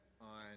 on